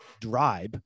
drive